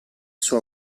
sua